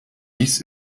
dies